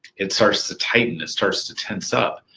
it starts to tighten. it starts to tense up.